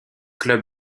clubs